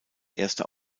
erster